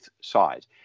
sides